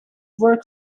work